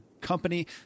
company